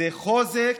זה חוזק.